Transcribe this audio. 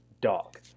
dog